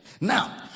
now